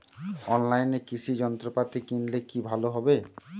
অনলাইনে কৃষি যন্ত্রপাতি কিনলে কি ভালো হবে?